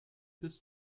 bis